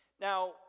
Now